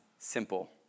Simple